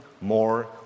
more